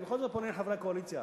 אני בכל זאת פונה לחברי הקואליציה,